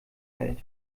hält